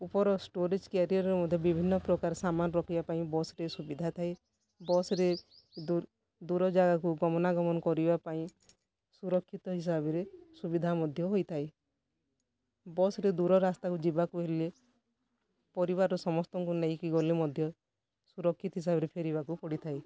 ଉପର ଷ୍ଟୋରେଜ୍ କ୍ୟାରିଅର୍ରେ ମଧ୍ୟ ବିଭିନ୍ନ ପ୍ରକାର ସାମାନ୍ ରଖିବା ପାଇଁ ବସ୍ରେ ସୁବିଧା ଥାଏ ବସ୍ରେ ଦୂର ଜାଗାକୁ ଗମନା ଗମନ କରିବା ପାଇଁ ସୁରକ୍ଷିତ ହିସାବରେ ସୁବିଧା ମଧ୍ୟ ହୋଇଥାଏ ବସ୍ରେ ଦୂର ରାସ୍ତାକୁ ଯିବାକୁ ହେଲେ ପରିବାରର ସମସ୍ତଙ୍କୁ ନେଇକି ଗଲେ ମଧ୍ୟ ସୁରକ୍ଷିତ ହିସାବରେ ଫେରିବାକୁ ପଡ଼ିଥାଏ